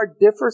differ